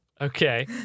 Okay